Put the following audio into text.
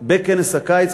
בכנס הקיץ,